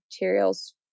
materials